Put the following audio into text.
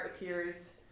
appears